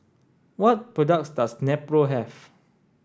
what products does Nepro have